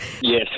Yes